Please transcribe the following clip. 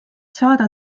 saada